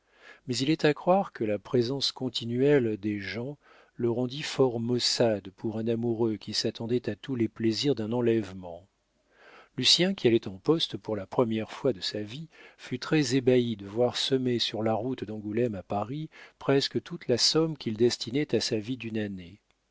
mais il est à croire que la présence continuelle des gens le rendit fort maussade pour un amoureux qui s'attendait à tous les plaisirs d'un enlèvement lucien qui allait en poste pour la première fois de sa vie fut très ébahi de voir semer sur la route d'angoulême à paris presque toute la somme qu'il destinait à sa vie d'une année